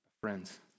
Friends